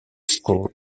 school